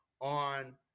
on